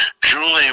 julie